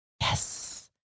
Yes